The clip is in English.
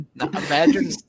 Imagine